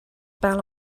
parle